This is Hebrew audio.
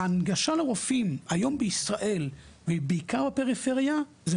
ההנגשה לרופאים היום בישראל ובעיקר בפריפריה זו